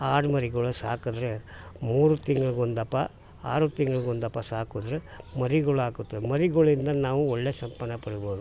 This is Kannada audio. ಆಡು ಮರಿಗಳು ಸಾಕಿದ್ರೆ ಮೂರು ತಿಂಗ್ಳಿಗೊಂದಪ ಆರು ತಿಂಗ್ಳಿಗೊಂದಪ ಸಾಕಿದ್ರೆ ಮರಿಗಳ್ ಹಾಕುತ್ತೆ ಮರಿಗಳಿಂದ ನಾವು ಒಳ್ಳೆಯ ಸಂಪಾದನೆ ಪಡಿಬೋದು